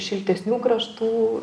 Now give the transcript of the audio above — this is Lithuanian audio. šiltesnių kraštų